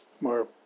more